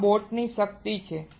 આ બોટ ની શક્તિ છે